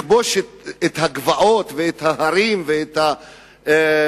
לכבוש את הגבעות ואת ההרים ואת השטחים